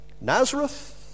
Nazareth